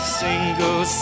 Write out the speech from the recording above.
single